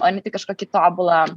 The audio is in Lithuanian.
o ne tik kažkokį tobulą